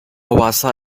łasa